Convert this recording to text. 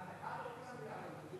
אחד-אחד או כולם יחד?